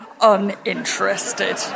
uninterested